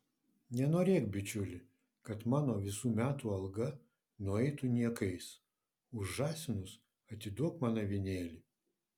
nenorėk bičiuli kad mano visų metų alga nueitų niekais už žąsinus atiduok man avinėlį